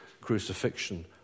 crucifixion